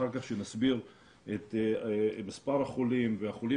אחר כך כשנסביר את מספר החולים והחולים